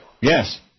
Yes